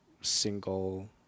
single